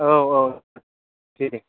औ औ दे दे